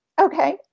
Okay